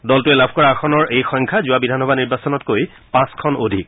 দলটোৱে লাভ কৰা আসনৰ এই সংখ্যা যোৱা বিধানসভা নিৰ্বাচনতকৈ পাঁচখন অধিক